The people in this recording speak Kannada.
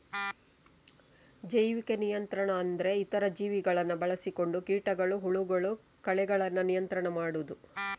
ಜೈವಿಕ ನಿಯಂತ್ರಣ ಅಂದ್ರೆ ಇತರ ಜೀವಿಗಳನ್ನ ಬಳಸಿಕೊಂಡು ಕೀಟಗಳು, ಹುಳಗಳು, ಕಳೆಗಳನ್ನ ನಿಯಂತ್ರಣ ಮಾಡುದು